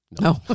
No